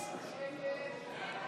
הסתייגות 55 לא נתקבלה.